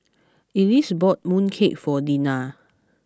Elyse bought Mooncake for Dinah